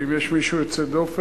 ואם יש מישהו יוצא דופן,